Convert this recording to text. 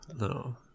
no